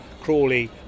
Crawley